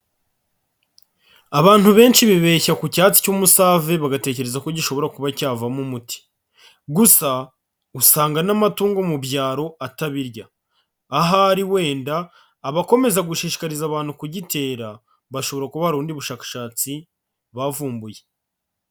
Abantu benshi bibeshya ku cyatsi cy'umusave bagatekereza ko gishobora kuba cyavamo umuti, gusa usanga n'amatungo mu byaro atabirya, ahari wenda abakomeze gushishikariza abantu kugitera, bashobora kuba hari ubundi bushakashatsi bavumbuye.